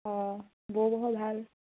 অঁ বৌ ভাগৰ ভাল